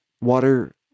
water